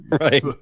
Right